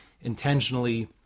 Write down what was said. intentionally